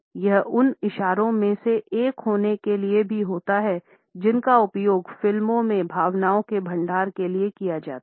यह उन इशारों में से एक होने के लिए भी होता है जिनका उपयोग फिल्मों में भावनाओं के भंडार के लिए किया जाता है